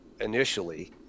initially